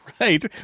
right